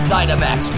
Dynamax